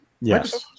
yes